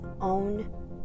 own